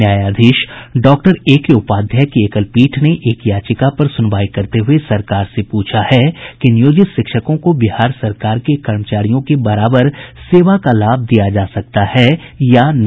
न्यायाधीश डॉक्टर अनिल कुमार उपाध्याय की एकल पीठ ने एक याचिका पर सुनवाई करते हुये सरकार से पूछा है कि नियोजित शिक्षकों को बिहार सरकार के कर्मचारियों के बराबर सेवा का लाभ दिया जा सकता है या नहीं